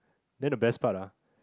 then the best part ah